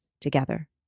together